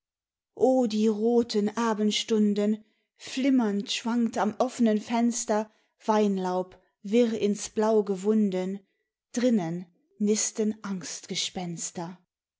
o die roten abendstunden flimmernd schwankt am offenen fenster weinlaub wirr ins blau gewunden drinnen nisten